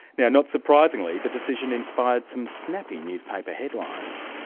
now not surprisingly, the decision inspired some snappy newspaper headlines.